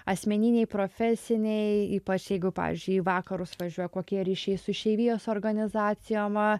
asmeniniai profesiniai ypač jeigu pavyzdžiui į vakarus važiuoja kokie ryšiai su išeivijos organizacijom